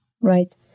right